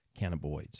cannabinoids